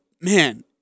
man